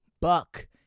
Buck